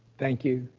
thank you.